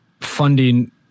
funding